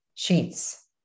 Sheets